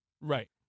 Right